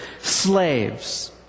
slaves